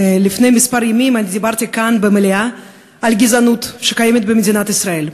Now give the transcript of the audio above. לפני כמה ימים דיברתי כאן במליאה על הגזענות שקיימת במדינת ישראל.